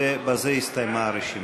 ובזה הסתיימה הרשימה.